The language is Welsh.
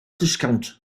disgownt